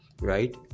right